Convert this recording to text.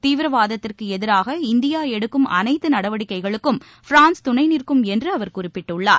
தீவிரவாதத்திற்கு எதிராக இந்தியா எடுக்கும் அனைத்து நடவடிக்கைகளுக்கும் பிரான்ஸ் துணை நிற்கும் என்று அவர் குறிப்பிட்டார்